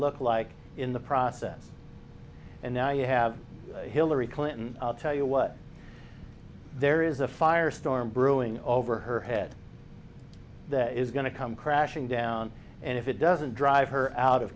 look like in the process and now you have hillary clinton tell you what there is a fire storm brewing over her head is going to come crashing down and if it doesn't drive her out of